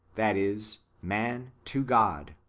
that is, man to god.